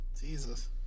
Jesus